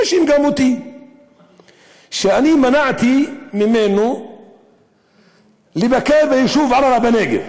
מאשים גם אותי שאני מנעתי ממנו לבקר ביישוב ערערה בנגב.